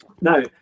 Now